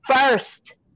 first